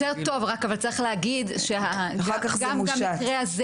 זה יותר טוב אבל צריך להגיד שגם במקרה הזה